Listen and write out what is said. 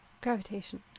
Gravitation